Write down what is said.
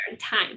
time